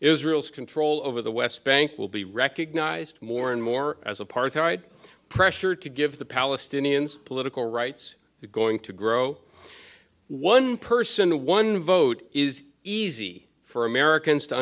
control over the west bank will be recognized more and more as apartheid pressure to give the palestinians political rights the going to grow one person one vote is easy for americans to